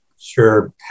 Sure